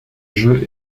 jeu